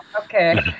Okay